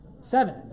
Seven